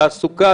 תעסוקה,